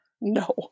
No